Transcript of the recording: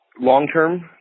long-term